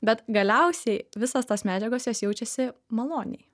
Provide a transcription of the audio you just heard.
bet galiausiai visas tas medžiagas jos jaučiasi maloniai